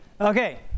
Okay